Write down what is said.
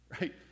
Right